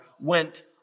went